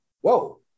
whoa